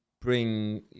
bring